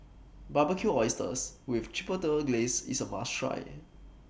Barbecued Oysters with Chipotle Glaze IS A must Try